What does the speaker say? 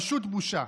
פשוט בושה.